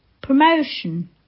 promotion